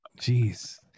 jeez